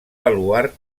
baluard